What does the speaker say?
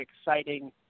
exciting